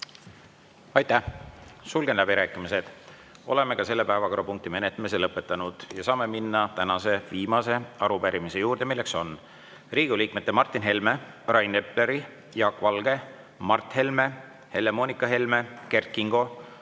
Aitäh! Sulgen läbirääkimised. Oleme ka selle päevakorrapunkti menetlemise lõpetanud. Saame minna tänase viimase arupärimise juurde, milleks on Riigikogu liikmete Martin Helme, Rain Epleri, Jaak Valge, Mart Helme, Helle-Moonika Helme, Kert Kingo,